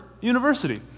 University